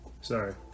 Sorry